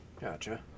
Gotcha